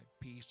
peace